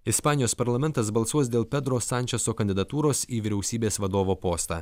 ispanijos parlamentas balsuos dėl pedro sančeso kandidatūros į vyriausybės vadovo postą